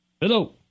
Hello